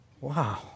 Wow